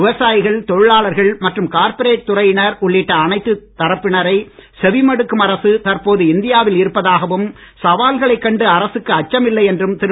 விவசாயிகள் தொழிலாளர்கள் மற்றும் கார்ப்பரேட் துறையினர் உள்ளிட்ட அனைத்து தரப்பினரை செவிமடுக்கும் அரசு தற்போது இந்தியாவில் இருப்பதாகவும் சவால்களைக் கண்டு அரசுக்கு அச்சமில்லை என்றும் திரு